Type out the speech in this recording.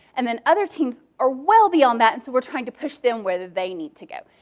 and then other teams are well beyond that, and so we're trying to push them where they need to go.